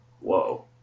Whoa